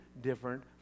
different